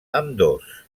ambdós